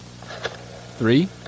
three